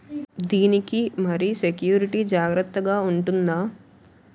దీని కి మరి సెక్యూరిటీ జాగ్రత్తగా ఉంటుందా?